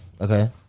Okay